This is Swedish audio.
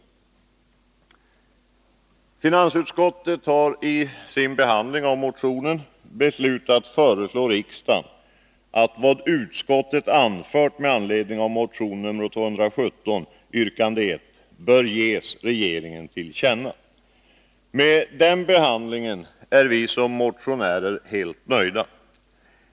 Finansutskottet har i sin behandling av motionen beslutat föreslå riksdagen att vad utskottet anfört med anledning av motion nr 217, yrkande 1, bör ges regeringen till känna. Med denna behandling är vi motionärer helt nöjda.